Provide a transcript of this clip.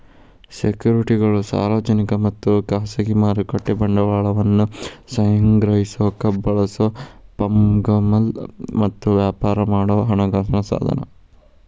ಸೆಕ್ಯುರಿಟಿಗಳು ಸಾರ್ವಜನಿಕ ಮತ್ತ ಖಾಸಗಿ ಮಾರುಕಟ್ಟೆ ಬಂಡವಾಳವನ್ನ ಸಂಗ್ರಹಿಸಕ ಬಳಸೊ ಫಂಗಬಲ್ ಮತ್ತ ವ್ಯಾಪಾರ ಮಾಡೊ ಹಣಕಾಸ ಸಾಧನ